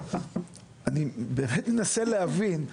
אני בהחלט מנסה להבין.